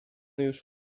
już